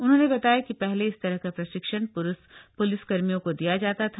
उन्होंने बताया कि पहले इस तरह का प्रशिक्षण पुरुष पुलिसकर्मियों कथ दिया जाता था